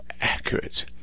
accurate